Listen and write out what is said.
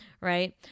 right